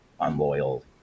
unloyal